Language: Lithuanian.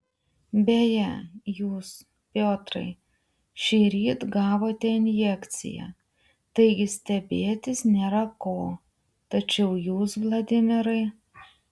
beje jūs piotrai šįryt gavote injekciją taigi stebėtis nėra ko tačiau jūs vladimirai